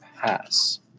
pass